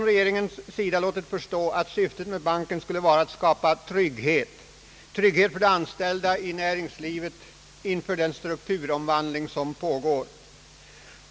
Regeringen har låtit förstå att syftet med banken skulle vara att skapa trygghet för de anställda i näringslivet inför den strukturomvandling som pågår.